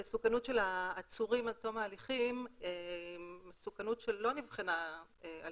המסוכנות של העצורים עד תום ההליכים לא נבחנה על